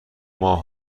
ماه